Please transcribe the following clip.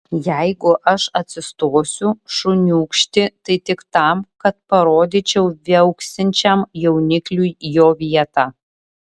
jeigu aš atsistosiu šuniūkšti tai tik tam kad parodyčiau viauksinčiam jaunikliui jo vietą